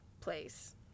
place